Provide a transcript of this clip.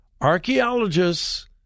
archaeologists